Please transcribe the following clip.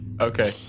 Okay